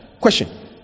Question